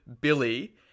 Billy